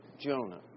Jonah